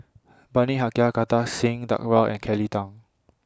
Bani Haykal Kartar Singh Thakral and Kelly Tang